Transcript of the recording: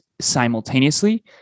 simultaneously